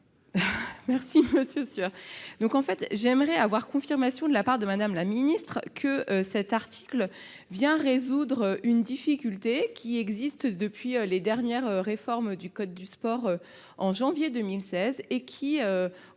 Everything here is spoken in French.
article ... J'aimerais avoir confirmation de la part de Mme la secrétaire d'État que cet article vient résoudre une difficulté qui existe depuis les dernières réformes du code du sport en janvier 2016. Je